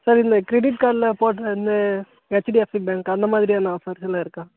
sir இதில் credit கார்டில் போட்ட இந்த ஹெச்டிஎஃப்சி பேங்க் அந்த மாதிரியான ஆஃபர்ஸ்லாம் இருக்கா